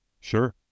Sure